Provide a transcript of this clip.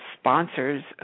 sponsors